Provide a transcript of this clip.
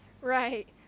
right